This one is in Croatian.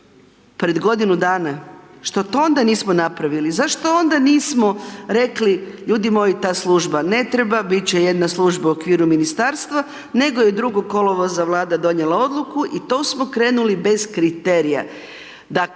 pred godinu dana? Što to onda nismo napravili, zašto onda nismo rekli, ljudi moji ta služba ne treba, bit će jedna služba u okviru ministarstva, nego je 2. kolovoza Vlada donijela odluku i to smo krenuli bez kriterija.